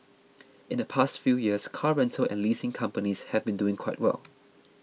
in the past few years car rental and leasing companies have been doing quite well